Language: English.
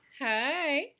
Hi